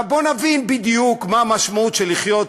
עכשיו, בוא נבין בדיוק מה המשמעות של לחיות